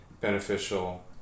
beneficial